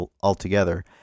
altogether